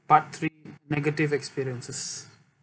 part three negative experiences